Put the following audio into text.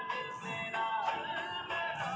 hand gathering मछली पकड़ै के एक तकनीक छेकै